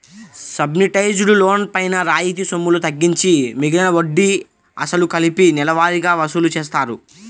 subsidised loan పైన రాయితీ సొమ్ములు తగ్గించి మిగిలిన వడ్డీ, అసలు కలిపి నెలవారీగా వసూలు చేస్తారు